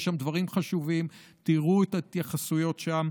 יש שם דברים חשובים, תראו את ההתייחסויות שם,